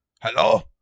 hello